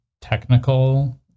technical